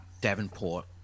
Davenport